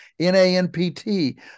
NANPT